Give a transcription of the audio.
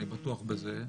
אני בטוח בזה.